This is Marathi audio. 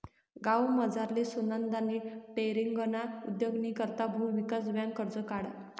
गावमझारली सुनंदानी टेलरींगना उद्योगनी करता भुविकास बँकनं कर्ज काढं